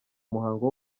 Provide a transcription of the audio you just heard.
umuhango